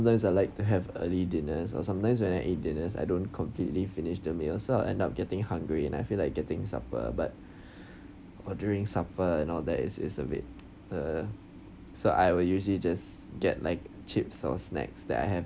those I like to have early dinners or sometimes when I eat dinners I don't completely finished the meals so I end up getting hungry and I feel like getting supper but or during supper and all that is is a bit uh so I will usually just get like chips or snacks that I have